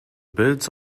birds